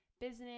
business